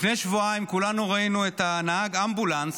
לפני שבועיים כולנו ראינו את נהג האמבולנס